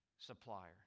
supplier